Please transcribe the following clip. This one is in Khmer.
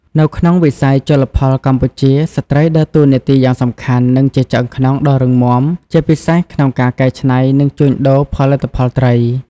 នៅក្នុងវិស័យជលផលកម្ពុជា ស្ត្រីដើរតួនាទីយ៉ាងសំខាន់ និងជាឆ្អឹងខ្នងដ៏រឹងមាំ ជាពិសេសក្នុងការកែច្នៃ និងជួញដូរផលិតផលត្រី។